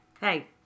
Hey